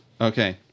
Okay